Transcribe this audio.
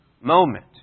moment